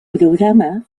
programa